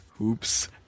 Oops